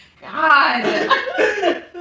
God